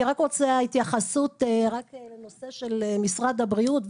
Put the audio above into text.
אני רק רוצה התייחסות לנושא של משרד הבריאות.